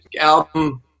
album